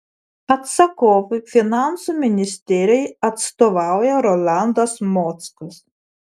atsakovui finansų ministerijai atstovauja rolandas mockus